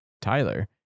Tyler